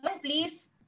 please